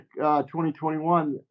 2021